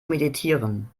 meditieren